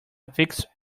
fixed